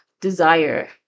desire